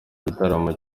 igitaramo